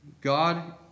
God